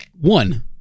one